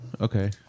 Okay